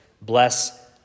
bless